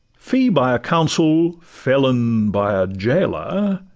fee by a counsel, felon by a jailor,